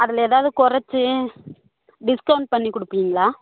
அதில் ஏதாவுது குறச்சு டிஸ்க்கவுண்ட் பண்ணி கொடுப்பீங்களா